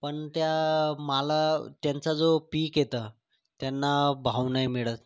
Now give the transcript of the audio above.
पण त्या मालाला त्यांचं जे पीक येतं त्यांना भाव नाही मिळत